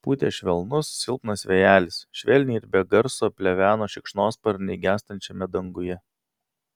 pūtė švelnus silpnas vėjelis švelniai ir be garso pleveno šikšnosparniai gęstančiame danguje